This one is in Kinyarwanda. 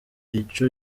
ico